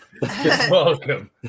Welcome